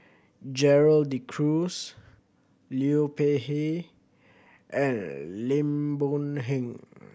Gerald De Cruz Liu Peihe and Lim Boon Heng